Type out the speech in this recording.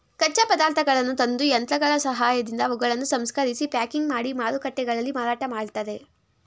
ಕಚ್ಚಾ ಪದಾರ್ಥಗಳನ್ನು ತಂದು, ಯಂತ್ರಗಳ ಸಹಾಯದಿಂದ ಅವುಗಳನ್ನು ಸಂಸ್ಕರಿಸಿ ಪ್ಯಾಕಿಂಗ್ ಮಾಡಿ ಮಾರುಕಟ್ಟೆಗಳಲ್ಲಿ ಮಾರಾಟ ಮಾಡ್ತರೆ